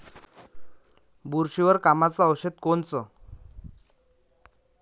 बुरशीवर कामाचं औषध कोनचं?